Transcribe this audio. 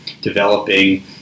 developing